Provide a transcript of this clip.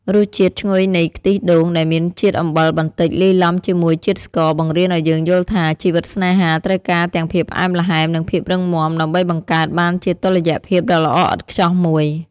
រសជាតិឈ្ងុយនៃ ខ្ទិះដូង ដែលមានជាតិអំបិលបន្តិចលាយឡំជាមួយជាតិស្ករ បង្រៀនឱ្យយើងយល់ថា ជីវិតស្នេហាត្រូវការទាំងភាពផ្អែមល្ហែម និងភាពរឹងមាំដើម្បីបង្កើតបានជាតុល្យភាពដ៏ល្អឥតខ្ចោះមួយ។